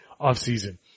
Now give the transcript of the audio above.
offseason